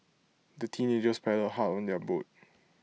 the teenagers paddled hard on their boat